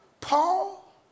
Paul